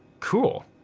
cool,